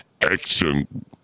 action